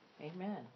Amen